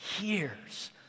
years